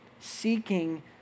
seeking